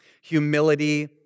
Humility